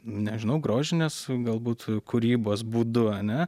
nežinau grožinės galbūt kūrybos būdu ar ne